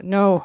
no